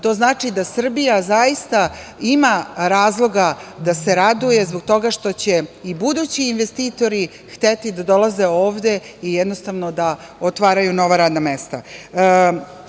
To znači da Srbija zaista ima razloga da se raduje, zbog toga što će i budući investitori hteti da dolaze ovde i jednostavno da otvaraju nova radna mesta. Jako